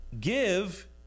give